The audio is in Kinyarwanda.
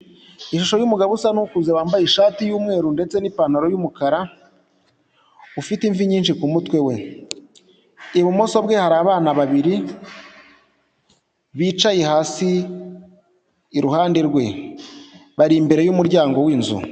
Ishusho y'umugabo usa n'ukuze wambaye ishati y'umweru ndetse n'ipantaro y'umukara, ufite imvi nyinshi ku mutwe we. Ibumoso bwe hari abana babiri bicaye hasi iruhande rwe. Bari imbere y'umuryango w'inzu.